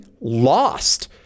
lost